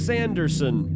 Sanderson